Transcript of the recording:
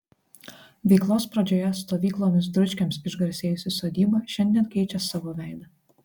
veiklos pradžioje stovyklomis dručkiams išgarsėjusi sodyba šiandien keičia savo veidą